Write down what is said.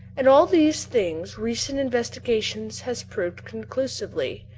and all these things recent investigation has proved conclusively.